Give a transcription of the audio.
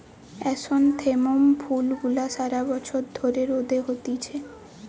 chrysanthemum ফুল গুলা সারা বছর ধরে রোদে হতিছে